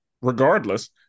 regardless